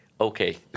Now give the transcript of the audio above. okay